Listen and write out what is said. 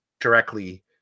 directly